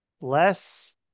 less